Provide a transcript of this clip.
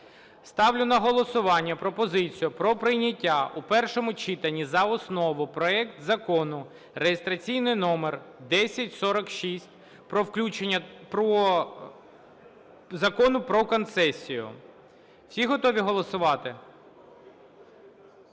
Ставлю на голосування пропозицію про прийняття у першому читанні за основу проекту Закону (реєстраційний номер 1046) про включення… Закону про концесію. Всі готові голосувати?